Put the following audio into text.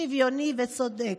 שוויוני וצודק.